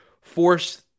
force